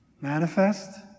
Manifest